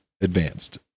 advanced